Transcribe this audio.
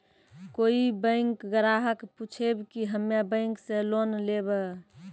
कोई बैंक ग्राहक पुछेब की हम्मे बैंक से लोन लेबऽ?